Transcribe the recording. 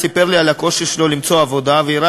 סיפר לי על הקושי שלו למצוא עבודה והראה